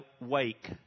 wake